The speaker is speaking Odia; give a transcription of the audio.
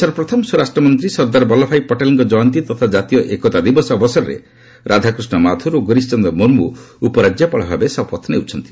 ଦେଶର ପ୍ରଥମ ସ୍ୱରାଷ୍ଟ୍ରମନ୍ତ୍ରୀ ସର୍ଦ୍ଦାର ବଲ୍ଲଭଭାଇ ପଟେଲ୍ଙ୍କ ଜୟନ୍ତୀ ତଥା ଜାତୀୟ ଏକତା ଦିବସ ଅବସରରେ ରାଧାକୃଷ୍ଣ ମାଥୁର୍ ଓ ଗିରୀଶ ଚନ୍ଦ୍ର ମୁର୍ମୁ ଉପରାଜ୍ୟପାଳ ଭାବେ ଶପଥ ନେଉଛନ୍ତି